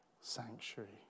sanctuary